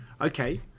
Okay